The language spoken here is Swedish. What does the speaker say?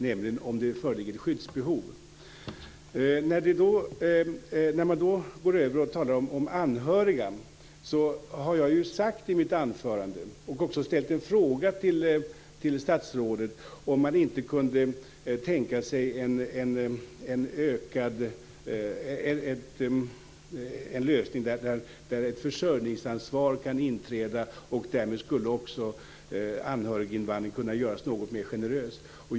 Det innebär att man skall pröva om skyddsbehov föreligger. Beträffande anhöriga ställde jag i mitt anförande en fråga till statsrådet om regeringen inte kan tänka sig en lösning som innebär att ett försörjningansvar kan inträda. Därmed skulle anhöriginvandringen kunna göras något mer generös.